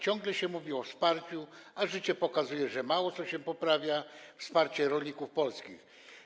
Ciągle się mówi o wsparciu, a życie pokazuje, że mało się poprawia wsparcie rolników polskich.